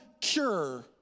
cure